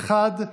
1?